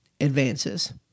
advances